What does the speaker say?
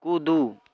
कूदू